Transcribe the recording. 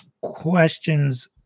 questions